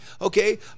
okay –